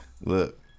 Look